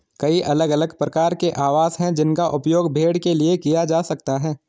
कई अलग अलग प्रकार के आवास हैं जिनका उपयोग भेड़ के लिए किया जा सकता है